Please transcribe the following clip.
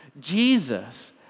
Jesus